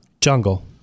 Jungle